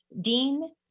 Dean